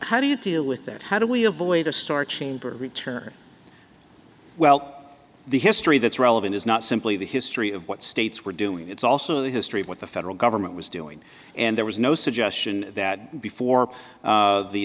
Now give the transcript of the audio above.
how do you deal with that how do we avoid a star chamber return well the history that's relevant is not simply the history of what states were doing it's also the history of what the federal government was doing and there was no suggestion that before